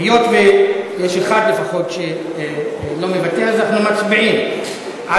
היות שיש אחד לפחות שלא מוותר אז אנחנו מצביעים על